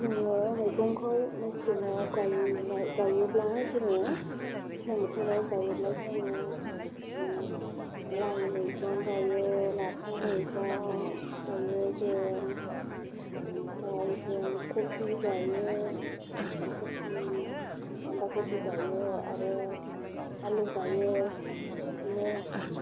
जोङो मैगंखौ मेसेंआव गायना गायोब्ला जोङो गोजां बोथोराव गायोब्ला जोङो लाइ मैगं गायो लाफा मैगं गायो जों आमफ्राय जों कफि गायो अल कफि बान्दा कफि गायो आरो आलु गायो बिदिनो